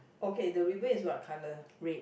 okay the river is what colour